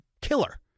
killer